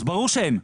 אז ברור שאין.